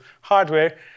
hardware